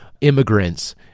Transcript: immigrants